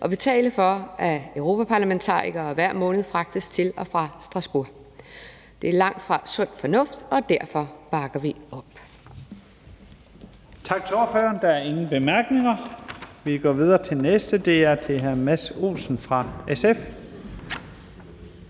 og betale for, at europaparlamentarikere hver måned fragtes til og fra Strasbourg. Det er langtfra sund fornuft, og derfor bakker vi op.